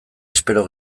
espero